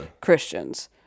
Christians